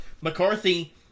McCarthy